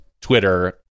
Twitter